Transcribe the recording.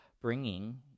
bringing